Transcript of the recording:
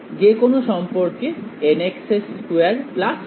যে কোন সম্পর্কে nx2 ny2 1